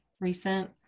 recent